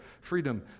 freedom